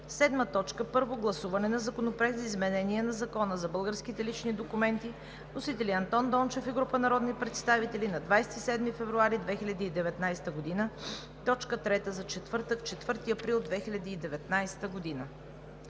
2019 г. 7. Първо гласуване на Законопроекта за изменение на Закона за българските лични документи. Вносители са Андон Дончев и група народни представители на 27 февруари 2019 г. – точка трета за четвъртък, 4 април 2019 г.